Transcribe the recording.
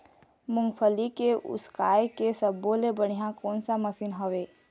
मूंगफली के उसकाय के सब्बो ले बढ़िया कोन सा मशीन हेवय?